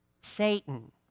Satan